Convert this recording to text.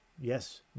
Yes